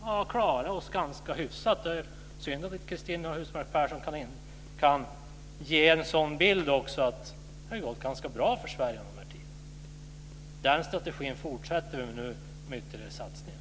Vi har klarat oss ganska hyfsat. Det är synd att Cristina Husmark Pehrsson inte kan ge en sådan bild, att det har gått ganska bra för Sverige under den här tiden. Den strategin fortsätter vi med nu, med ytterligare satsningar.